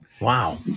Wow